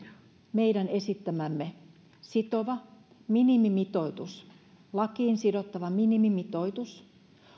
meidän esittämämme sitova minimimitoitus lakiin sidottava minimimitoitus